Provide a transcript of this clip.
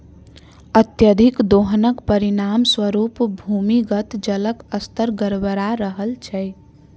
अत्यधिक दोहनक परिणाम स्वरूप भूमिगत जलक स्तर गड़बड़ा रहल छै